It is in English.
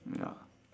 ya